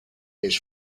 his